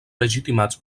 legitimats